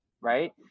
right